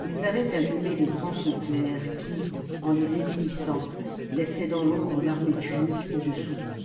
ils avaient allumé de grands feux clairs qui en les éblouissant laissaient dans l'ombre l'armée punique au-dessous d'eux